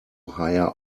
higher